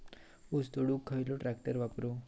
ऊस तोडुक खयलो ट्रॅक्टर वापरू?